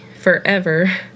forever